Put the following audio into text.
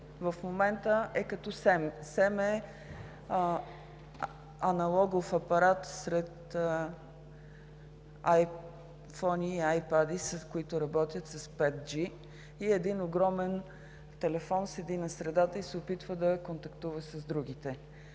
за електронни медии е аналогов апарат сред айфони и айпади, които работят с 5G, а огромен телефон седи на средата и се опитва да контактува с другите